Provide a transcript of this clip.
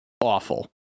awful